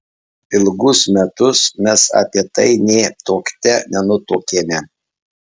ilgus metus mes apie tai nė tuokte nenutuokėme